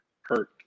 hurt